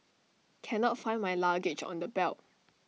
cannot find my luggage on the belt